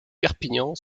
perpignan